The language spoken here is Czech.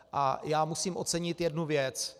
A já musím ocenit jednu věc.